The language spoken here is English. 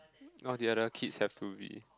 all the other kids have to be